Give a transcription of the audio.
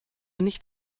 nicht